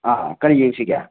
ꯑꯥ ꯀꯔꯤ ꯌꯦꯡꯁꯤꯒꯦ